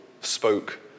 spoke